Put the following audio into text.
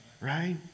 right